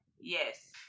yes